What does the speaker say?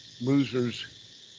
loser's